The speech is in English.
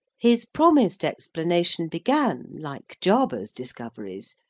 his promised explanation began, like jarber's discoveries,